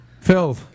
Phil